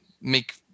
make